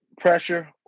pressure